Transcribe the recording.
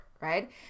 right